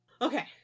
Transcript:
Okay